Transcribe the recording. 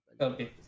okay